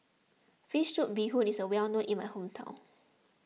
Fish Soup Bee Hoon is well known in my hometown